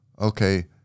okay